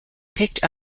picked